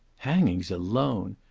hangings alone!